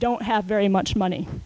don't have very much money